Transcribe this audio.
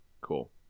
cool